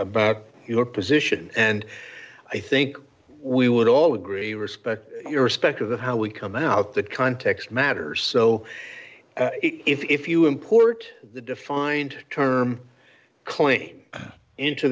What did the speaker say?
about your position and i think we would all agree respect irrespective of how we come out the context matters so if you import the defined term claim into